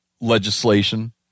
legislation